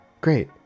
Great